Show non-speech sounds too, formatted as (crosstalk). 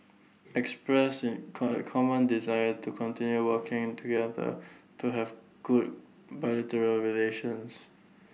expressing (unintelligible) common desire to continue working together to have good bilateral relations